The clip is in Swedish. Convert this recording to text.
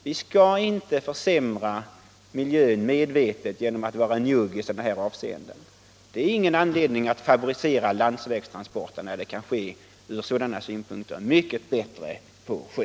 Vi skall inte försämra miljön medvetet genom att vara njugga i sådana här avseenden. Det finns ingen anledning att tvinga fram landsvägstransporter när transporterna kan ske mycket bättre på sjö.